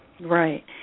right